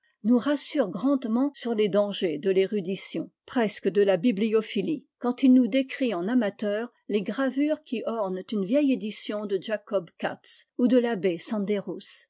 nous rassure grandement sur les dangers de l'érudition pres paul stapfer souvenir's sur c o yf parus dans la revue de paris que de la bibhophilie quand il nous décrit en amateur les gravures qui ornent une vieille édition de jacob cats ou de l'abbé sanderus